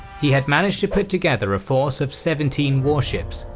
he had managed to put together a force of seventeen warships,